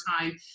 time